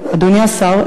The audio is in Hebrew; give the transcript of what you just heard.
אדוני השר,